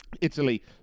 Italy